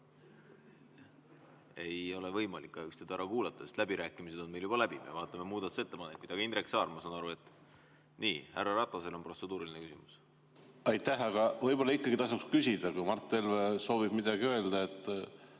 Ei ole võimalik kahjuks teid ära kuulata, sest läbirääkimised on meil juba läbi, me vaatame muudatusettepanekuid. Aga Indrek Saar, ma saan aru, et ... Nii. Härra Ratasel on protseduuriline küsimus. Aitäh! Aga võib-olla ikkagi tasuks küsida. Kui Mart Helme soovib midagi öelda, siis